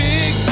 Big